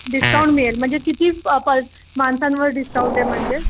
discount मिळेल म्हणजे किती प पर माणसांवर डिस्काउंट आहे म्हणजे